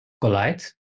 collide